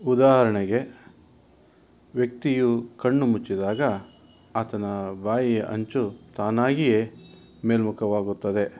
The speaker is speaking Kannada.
ಉದಾಹರಣೆಗೆ ವ್ಯಕ್ತಿಯು ಕಣ್ಣು ಮುಚ್ಚಿದಾಗ ಆತನ ಬಾಯಿಯ ಅಂಚು ತಾನಾಗಿಯೇ ಮೇಲ್ಮುಖವಾಗುತ್ತದೆ